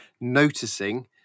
noticing